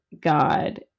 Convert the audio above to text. God